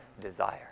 desire